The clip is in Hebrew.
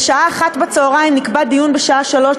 בשעה 13:00 נקבע דיון לשעה 15:00,